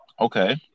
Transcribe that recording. Okay